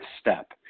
step